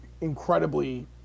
incredibly